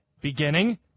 Beginning